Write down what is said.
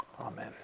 Amen